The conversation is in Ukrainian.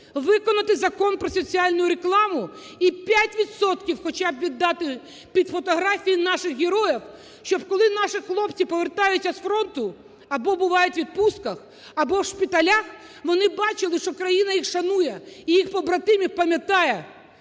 виконати Закон "Про соціальну рекламу" – і 5 відсотків хоча б віддати під фотографії наших героїв, щоб, коли наші хлопці повертаються з фронту або бувають у відпустках, або в шпиталях, вони бачили, що країна їх шанує і їх побратимів пам'ятає?